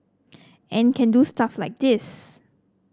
and can do stuff like this